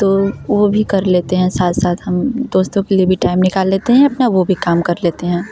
तो वह भी कर लेते हैं साथ साथ हम दोस्तों के लिए भी टाइम निकाल लेते हैं अपना वह भी काम कर लेते हैं